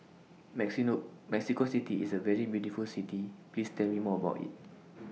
Mexico City IS A very beautiful City Please Tell Me More about IT